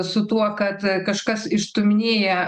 su tuo kad kažkas išstūminėja